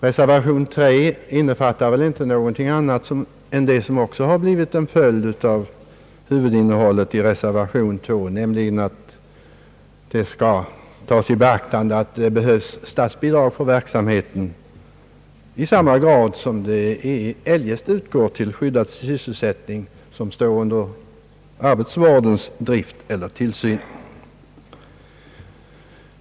Reservation III innefattar inte någonting annat än det som också skulle bli en följd av huvudinnehållet i reservation II, nämligen att man skall beakta att det behövs statsbidrag för verksamheten i samma grad som statsbidrag eljest utgår till skyddad sysselsättning som står under arbetsvårdens ledning eller tillsyn.